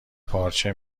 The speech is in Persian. پارچه